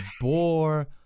bore